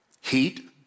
Heat